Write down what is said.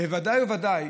בוודאי ובוודאי.